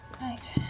Right